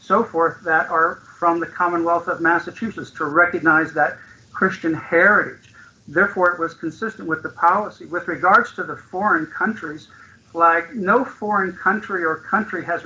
so forth that are from the commonwealth of massachusetts to recognize that christian heritage therefore it was consistent with the policy with regards to the foreign countries like no foreign country or country has